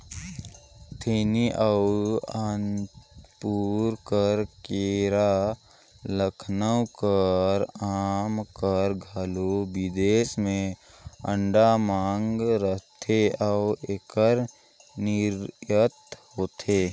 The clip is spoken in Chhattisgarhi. थेनी अउ अनंतपुर कर केरा, लखनऊ कर आमा कर घलो बिदेस में अब्बड़ मांग रहथे अउ एकर निरयात होथे